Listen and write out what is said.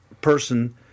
person